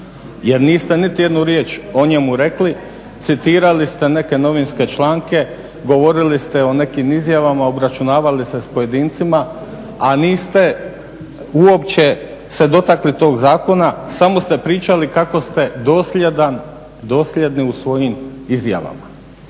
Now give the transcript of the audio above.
jer niste nitijednu riječ o njemu rekli, citirali ste neke novinske članke, govorili ste o nekim izjavama, obračunavali se s pojedincima a niste uopće se dotakli tog zakona, samo ste pričali kako ste dosljedni u svojim izjavama.